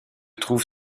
trouve